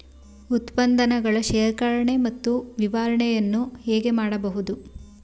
ಉತ್ಪನ್ನಗಳ ಶೇಖರಣೆ ಮತ್ತು ನಿವಾರಣೆಯನ್ನು ಹೇಗೆ ಮಾಡಬಹುದು?